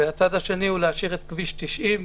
ומצד שני להשאיר את כביש 90,